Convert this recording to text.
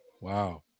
Wow